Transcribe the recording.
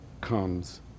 comes